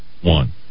one